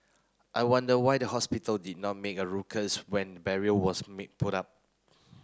I wonder why the hospital did not make a when barrier was put up